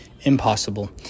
impossible